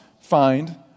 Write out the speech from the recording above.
find